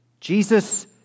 Jesus